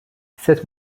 sept